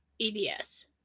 ebs